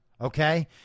Okay